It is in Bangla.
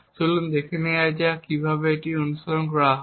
তাহলে চলুন দেখে নেওয়া যাক কীভাবে এটি অনুশীলনে করা যায়